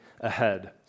ahead